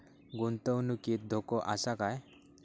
गुंतवणुकीत धोको आसा काय?